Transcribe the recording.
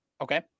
Okay